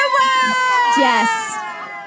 Yes